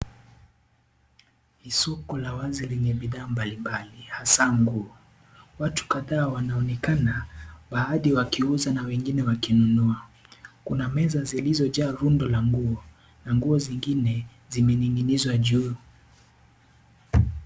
Ni soko la wazi lenye bidhaa mbalimbali hasa nguo. Watu kadhaa wanaonekana, baadhi wakiuza na wengine wakinunua. Kuna meza zilizojaa lundo la nguo, na nguo zingine zimening'inizwa juu.